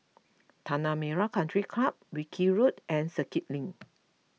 Tanah Merah Country Club Wilkie Road and Circuit Link